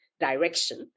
direction